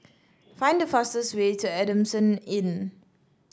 find the fastest way to Adamson Inn